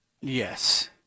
Yes